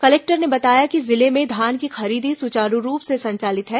collector ने बताया कि जिले में धान की खरीदी सुचारू रूप से संचालित है